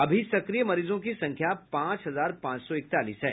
अभी सक्रिय मरीजों की संख्या पांच हजार पांच सौ इकतालीस है